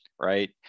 right